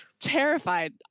terrified